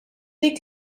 dik